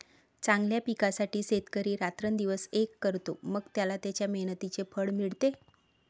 चांगल्या पिकासाठी शेतकरी रात्रंदिवस एक करतो, मग त्याला त्याच्या मेहनतीचे फळ मिळते